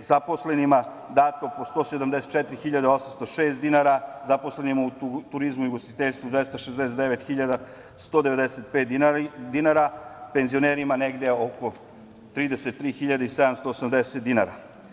zaposlenima negde dato po 174.806 dinara, zaposlenima u turizmu i ugostiteljstvu 269.195 dinara, penzionerima negde oko 33.780 dinara.